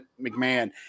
McMahon